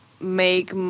make